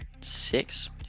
six